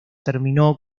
terminó